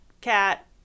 cat